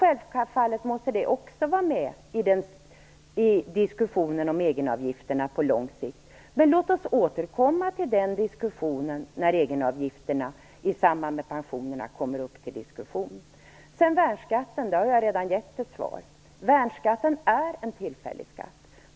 Självfallet måste också detta finnas med i diskussionen om egenavgifterna på lång sikt. Låt oss återkomma till detta när egenavgifterna kommer upp till diskussion i samband med Pensionsberedningens förslag. Jag har redan gett ett svar på Lars Bäckströms fråga om värnskatten. Värnskatten är en tillfällig skatt.